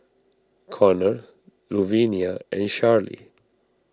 Connor Luvinia and Charlie